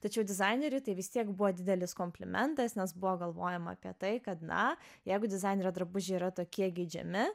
tačiau dizaineriui tai vis tiek buvo didelis komplimentas nes buvo galvojama apie tai kad na jeigu dizainerio drabužiai yra tokie geidžiami